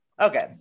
Okay